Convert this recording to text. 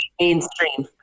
Mainstream